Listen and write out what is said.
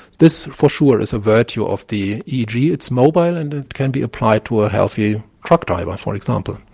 this, for sure, is a virtue of the eeg, it's mobile and it can be applied to a healthy truck driver for example.